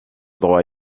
droit